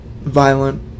violent